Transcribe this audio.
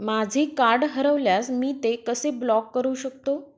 माझे कार्ड हरवल्यास मी ते कसे ब्लॉक करु शकतो?